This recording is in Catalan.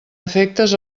afectes